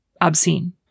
obscene